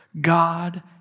God